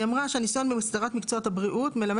היא אמרה שהניסיון בהסדרת מקצועות הבריאות מלמד